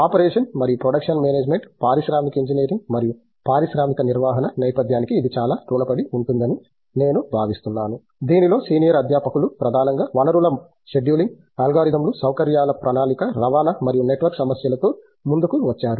operation మరియు production management పారిశ్రామిక engineering మరియు పారిశ్రామిక నిర్వహణ నేపథ్యానికి ఇది చాలా రుణపడి ఉంటుందని నేను భావిస్తున్నాను దీనిలో సీనియర్ అధ్యాపకులు ప్రధానంగా వనరుల షెడ్యూలింగ్ అల్గోరిథంలు సౌకర్యాల ప్రణాళిక రవాణా మరియు నెట్వర్క్ సమస్యలతో ముందుకు వచ్చారు